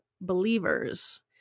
believers